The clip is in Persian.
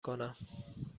کنم